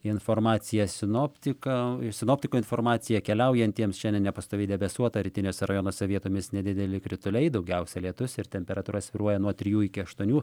informacija sinoptika iš sinoptikų informacija keliaujantiems šiandien nepastoviai debesuota rytiniuose rajonuose vietomis nedideli krituliai daugiausia lietus ir temperatūra svyruoja nuo trijų iki aštuonių